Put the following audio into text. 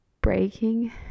breaking